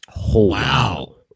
Wow